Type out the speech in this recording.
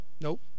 Nope